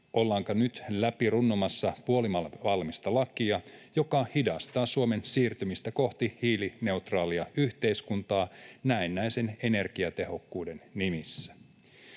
Ollaanko nyt runnomassa läpi puolivalmista lakia, joka hidastaa Suomen siirtymistä kohti hiilineutraalia yhteiskuntaa näennäisen energiatehokkuuden nimissä?